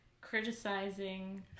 criticizing